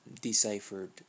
deciphered